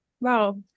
Wow